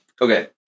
Okay